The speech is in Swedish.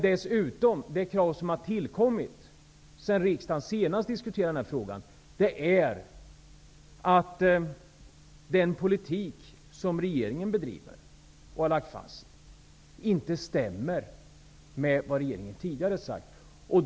Något som har tillkommit sedan riksdagen senast diskuterade den här frågan är att den politik som regeringen har lagt fast inte stämmer med vad regeringen tidigare har sagt.